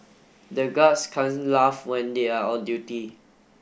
the guards can't laugh when they are on duty